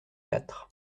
quatre